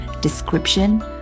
description